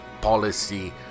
policy